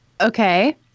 Okay